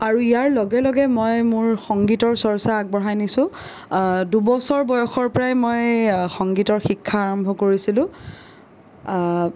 আৰু ইয়াৰ লগে লগে মই মোৰ সংগীতৰ চৰ্চা আগবঢ়াই নিছো দুবছৰ বয়সৰ পৰাই মই সংগীতৰ শিক্ষা আৰম্ভ কৰিছিলো